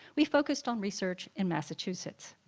we focused on research in massachusetts.